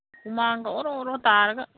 ꯍꯨꯃꯥꯡꯒ ꯑꯣꯔꯣ ꯑꯣꯔꯣ ꯇꯥꯔꯒ